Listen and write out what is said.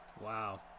Wow